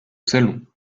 salon